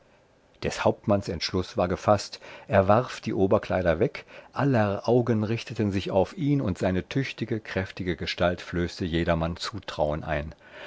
des hauptmanns entschluß war gefaßt er warf die oberkleider weg aller augen richteten sich auf ihn und seine tüchtige kräftige gestalt flößte jedermann zutrauen ein